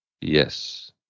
Yes